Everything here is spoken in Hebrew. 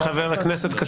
חבר הכנסת כסיף, בבקשה.